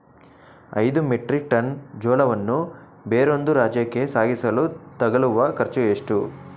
ಐದು metric ton ಜೋಳವನ್ನು ಬೇರೊಂದು ರಾಜ್ಯಕ್ಕೆ ಸಾಗಿಸಲು ತಗಲುವ ಖರ್ಚು ಎಷ್ಟು?